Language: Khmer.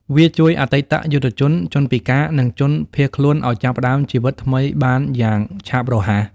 វាជួយអតីតយុទ្ធជន ជនពិការ និងជនភៀសខ្លួនឱ្យចាប់ផ្តើមជីវិតថ្មីបានយ៉ាងឆាប់រហ័ស។